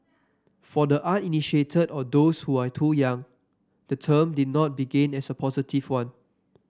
for the uninitiated or those who are too young the term did not begin as a positive one